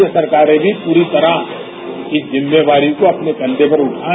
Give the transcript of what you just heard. राज्य सरकारें भी पूरी तरह इस जिम्मेवारियों को अपने कंधों पर उठाए